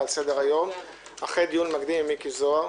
על סדר-היום אחרי דיון מקדים עם מיקי זוהר.